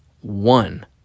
one